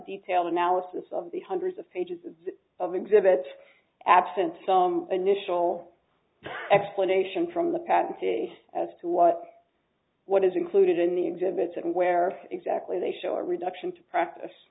detailed analysis of the hundreds of pages of exhibits absent some initial explanation from the patentee as to what what is included in the exhibits and where exactly they show a reduction to practice